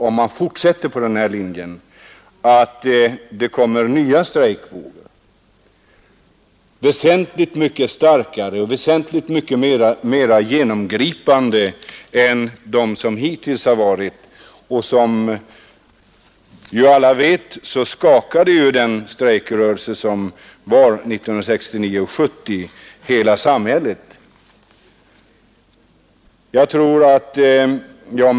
Om man fortsätter på den linjen kan resultatet bli nya strejkvågor, väsentligt starkare och mera genomgripande än de vi haft hittills — och som alla vet skakade ändå strejkrörelsen 1969—1970 hela samhället. Herr talman!